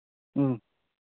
ꯎꯝ